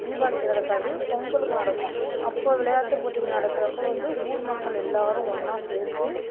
தீபாவளிக்கு நடக்காது பொங்கலுக்கு நடக்கும் அப்போ விளையாட்டு போட்டிகள் நடக்குறப்போ வந்து ஊர் மக்கள் எல்லாரும் ஒன்னாக சேர்ந்து